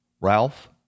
Ralph